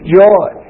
joy